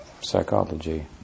psychology